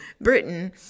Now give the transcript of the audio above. britain